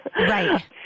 Right